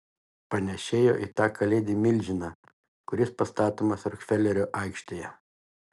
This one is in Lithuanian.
panėšėjo į tą kalėdinį milžiną kuris pastatomas rokfelerio aikštėje